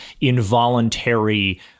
involuntary